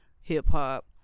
hip-hop